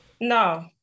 No